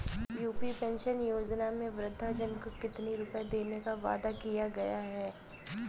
UP pension योजना में वृद्धजन को कितनी रूपये देने का वादा किया गया है?